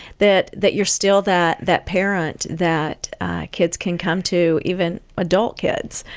that that you're still that that parent that kids can come to, even adult kids